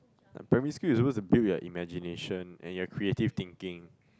um primary you're supposed to build your imagination and your creative thinking